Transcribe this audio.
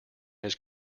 his